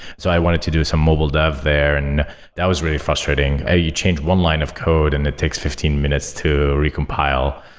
so i wanted to do some mobile dev there. and that was really frustrating. ah i changed one line of code and it takes fifteen minutes to recompile.